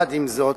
עם זאת,